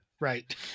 Right